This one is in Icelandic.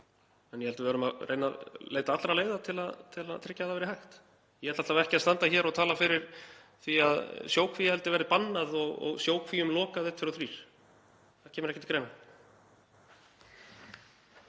en ég held við verðum að reyna að leita allra leiða til að tryggja að það verði hægt. Ég ætla alla vega ekki að standa hér og tala fyrir því að sjókvíaeldi verði bannað og sjókvíum lokað einn, tveir og þrír. Það kemur ekki til greina.